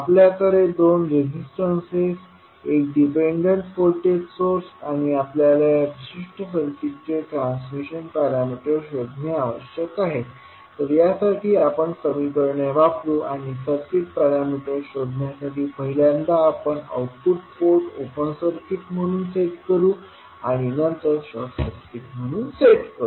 आपल्याकडे दोन रेसिस्टेन्सेस आणि एक डिपेंडंट व्होल्टेज सोर्स आहे आणि आपल्याला या विशिष्ट सर्किटचे ट्रांसमिशन पॅरामीटर्स शोधणे आवश्यक आहे तर यासाठी आपण समीकरणे वापरू आणि सर्किट पॅरामीटर्स शोधण्यासाठी पहिल्यांदा आपण आउटपुट पोर्ट ओपन सर्किट म्हणून सेट करू आणि नंतर शॉर्ट सर्किट म्हणून सेट करू